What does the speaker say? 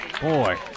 Boy